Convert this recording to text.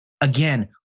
Again